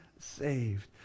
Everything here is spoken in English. saved